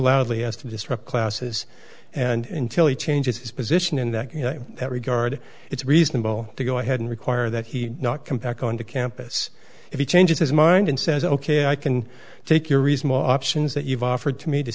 loudly as to disrupt classes and till he changes his position in that regard it's reasonable to go ahead and require that he not come back on to campus if he changes his mind and says ok i can take your reasonable options that you've offered to me to